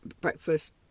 breakfast